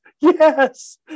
yes